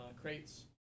crates